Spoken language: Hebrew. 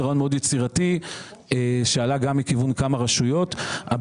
זה רעיון מאוד יצירתי שעלה גם מכיוון כמה רשויות אבל